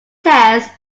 test